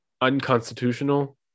unconstitutional